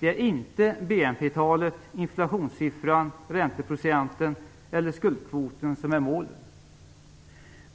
Det är inte BNP-talet, inflationssiffran, ränteprocenten eller skuldkvoten som är målen.